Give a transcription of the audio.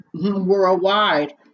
worldwide